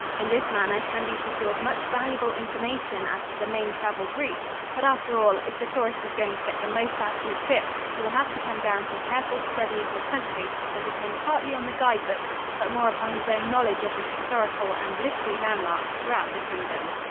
in this manner can be secured much valuable information as to the main traveled routes but after all, if the tourist is going to get the most out of his trip, he will have to come down to a careful study of the country and depend partly on the guide-books but more upon his own knowledge of the historical and literary landmarks throughout the kingdom.